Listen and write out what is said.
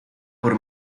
por